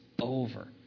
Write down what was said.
over